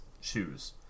shoes